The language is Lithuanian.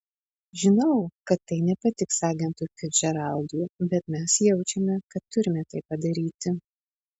žinau kad tai nepatiks agentui ficdžeraldui bet mes jaučiame kad turime tai padaryti